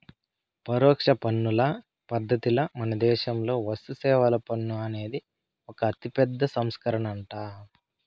పరోక్ష పన్నుల పద్ధతిల మనదేశంలో వస్తుసేవల పన్ను అనేది ఒక అతిపెద్ద సంస్కరనంట